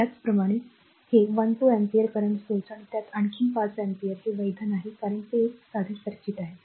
त्याचप्रमाणे हे 1 2 ampere current स्त्रोत आणि त्यात आणखी 5 अँपिअर हे वैध नाही कारण ते एक साधे सर्किट आहे